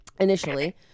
initially